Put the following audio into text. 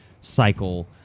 cycle